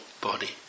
body